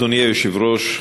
אדוני היושב-ראש,